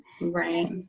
right